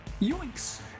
Yoinks